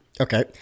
Okay